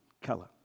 Keller